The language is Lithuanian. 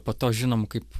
po to žinom kaip